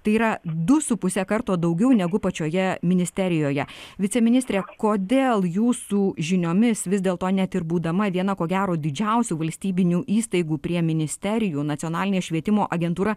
tai yra du su puse karto daugiau negu pačioje ministerijoje viceministre kodėl jūsų žiniomis vis dėlto net ir būdama viena ko gero didžiausių valstybinių įstaigų prie ministerijų nacionalinė švietimo agentūra